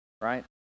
right